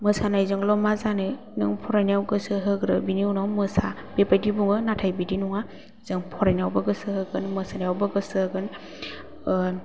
मोसानायजोंल' मा जानो नों फरायनायाव गोसो होग्रो बेनि उनाव मोसा बेबादि बुङो नाथाय बिदि नङा जों फरायनायावबो गोसो होगोन मोसानायावबो गोसो होगोन